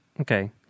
Okay